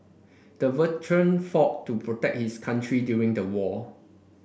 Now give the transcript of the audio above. the veteran fought to protect his country during the war